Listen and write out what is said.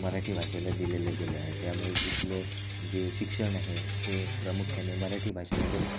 मराठी भाषेला दिलेलं गेलं आहे त्यामुळे इथले जे शिक्षण आहे हे प्रामुख्याने मराठी भाषेमध्ये